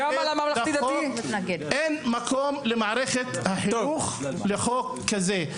אין מקום במערכת החינוך לחוק כזה,